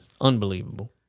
unbelievable